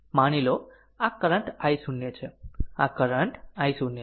માની લો આ કરંટ i0 છે આ કરંટ i0 છે